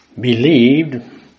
believed